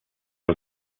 was